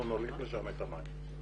אנחנו נוליך לשם את המים.